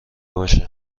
باشه